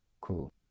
Cool